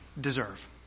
deserve